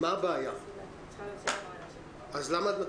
מהמגבלות האלה כמובן נגזר הפסיכומטרי עד 50 איש בבחינה,